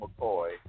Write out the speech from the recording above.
McCoy